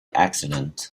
accident